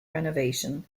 renovation